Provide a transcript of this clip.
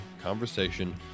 conversation